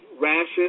rashes